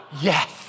Yes